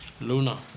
Luna